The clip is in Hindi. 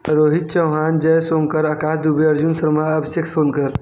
रोहित चौहान जय सोंगकर अकाश दुबे अर्जुन शर्मा अभिषेक सोनकर